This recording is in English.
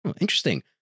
Interesting